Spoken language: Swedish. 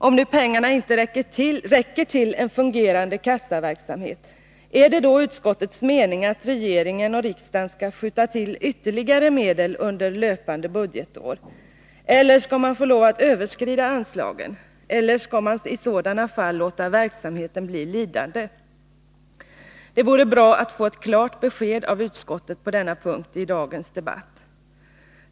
Om nu pengarna inte räcker till en fungerande kassaverksamhet, är det då utskottets mening att regeringen och riksdagen skall skjuta till ytterligare medel under löpande budgetår? Eller skall man få lov att överskrida anslagen? Eller skall man i sådana fall låta verksamheten bli lidande? Det vore bra att få ett klart besked av utskottet på denna punkt i dagens debatt.